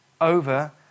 over